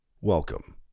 Welcome